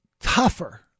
Tougher